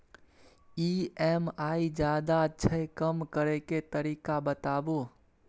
EMI ज्यादा छै कम करै के तरीका बताबू?